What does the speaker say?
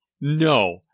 no